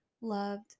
loved